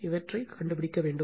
இதைக் கண்டுபிடிக்க வேண்டும்